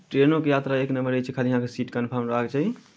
ट्रेनोके यात्रा एक नंबर रहै छै खाली अहाँके सीट कन्फर्म रहयके चाही